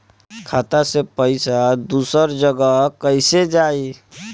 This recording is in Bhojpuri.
खाता से पैसा दूसर जगह कईसे जाई?